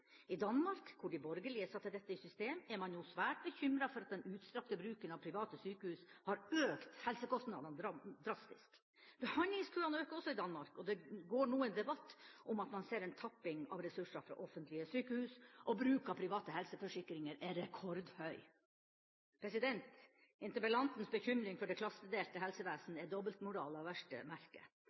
I Danmark, hvor de borgerlige satte dette i system, er man nå svært bekymret for at den utstrakte bruken av private sykehus har økt helsekostnadene drastisk. Behandlingskøene øker også i Danmark, og det går nå en debatt om at man ser en tapping av ressurser fra offentlige sykehus, og bruken av private helseforsikringer er rekordhøy. Interpellantens bekymring for det klassedelte helsevesen er dobbeltmoral av verste merke.